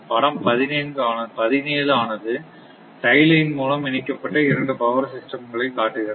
படம் 17 ஆனது tie line மூலம் இணைக்கப்பட்ட இரண்டு பவர் சிஸ்டம் களை காட்டுகிறது